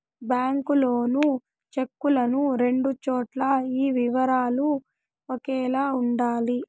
bank loan చెక్కులను రెండు చోట్ల ఈ వివరాలు ఒకేలా ఉండాలి